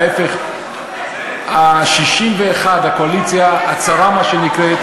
ההפך, ה-61, הקואליציה הצרה מה שנקרא,